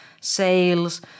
sales